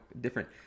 different